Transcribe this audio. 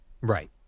Right